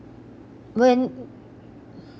when